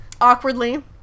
awkwardly